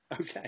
Okay